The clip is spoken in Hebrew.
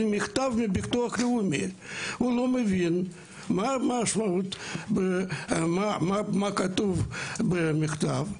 מכתב מביטוח לאומי ולא מבין מה המשמעות ומה כתוב במכתב.